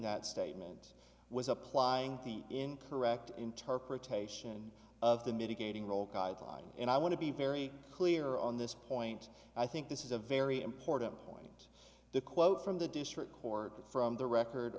that statement was applying the in correct interpretation of the mitigating role guideline and i want to be very clear on this point i think this is a very important point the quote from the district court from the record